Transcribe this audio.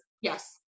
yes